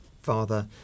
father